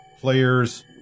players